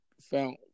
found